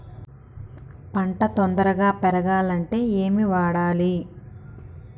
పంట తొందరగా పెరగాలంటే ఏమి వాడాలి?